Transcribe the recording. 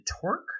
Torque